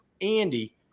Andy